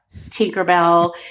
Tinkerbell